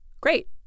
great